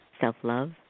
self-love